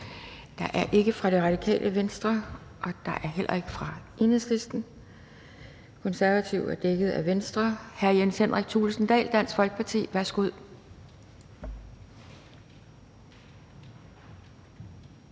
Der er ingen ordfører fra Radikale Venstre og heller ikke fra Enhedslisten. Konservative er dækket ind af Venstre. Så er det hr. Jens Henrik Thulesen Dahl, Dansk Folkeparti. Værsgo.